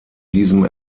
diesem